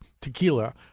tequila